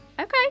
Okay